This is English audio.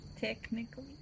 Technically